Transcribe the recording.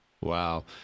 Wow